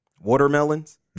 watermelons